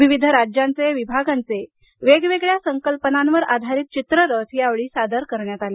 विविध राज्यांचेविभागाचे वेगवेगळ्या संकल्पनावर आधारीत चित्ररथ या वेळी सादर करण्यात आले